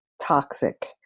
toxic